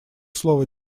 слово